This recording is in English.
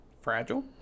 fragile